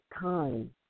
time